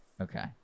Okay